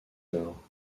alors